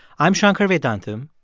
i'm shankar vedantam,